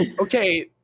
Okay